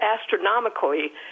astronomically